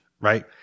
right